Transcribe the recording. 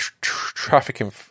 Trafficking